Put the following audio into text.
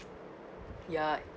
ya